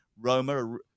Roma